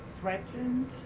threatened